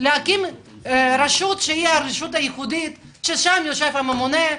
להקים רשות שהיא רשות ייחודית שם יושב הממונה,